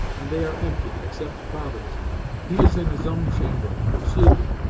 and they are empty, except father's he is in his own chamber, sleeping,